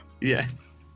Yes